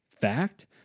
Fact